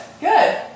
Good